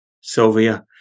Sylvia